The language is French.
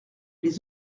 les